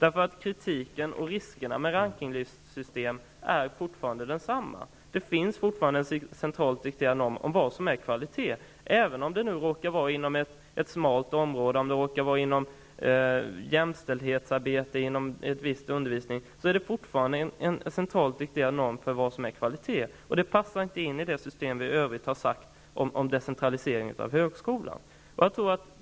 Kritiken på grund av riskerna med rankinglistsystem är fortfarande densamma. Även om det nu råkar vara inom ett smalt område -- inom jämställdhetsarbete, inom viss undervisning -- så är det fortfarande en centralt dikterad norm för vad som är kvalitet, och det passar inte in i det system vi i övrigt har talat om när det gäller decentralisering av högskolan.